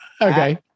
Okay